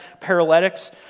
paralytics